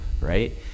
right